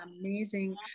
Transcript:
amazing